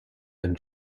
and